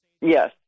Yes